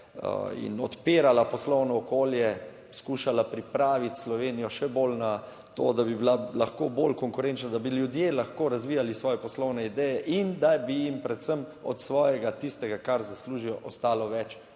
in odpirala poslovno okolje, skušala pripraviti Slovenijo še bolj na to, da bi bila lahko bolj konkurenčna, da bi ljudje lahko razvijali svoje poslovne ideje in da bi jim predvsem od svojega, tistega, kar zaslužijo ostalo več